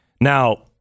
Now